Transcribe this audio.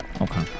okay